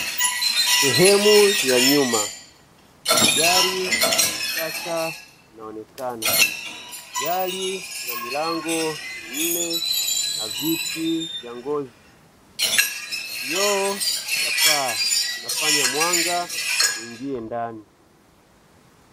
Sehemu ya nyuma ya gari la kisasa inaonekana. Gari ina milango minne na viti vya ngozi. Vioo vya paa vinafanya mwanga uingie ndani.